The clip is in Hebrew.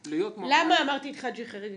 למה אמרתי את חאג' יחיא?